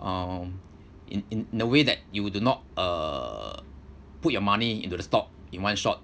um in in the way that you do not uh put your money into the stock in one shot